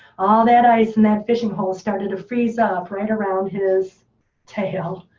all that ice in that fishing hole started to freeze up right around his tail.